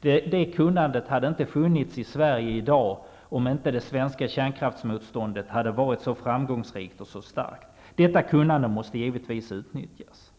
Det kunnandet hade inte funnits i Sverige i dag om inte det svenska kärnkraftsmotståndet hade varit så framgångsrikt och starkt. Detta kunnande måste givetvis utnyttjas.